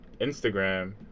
Instagram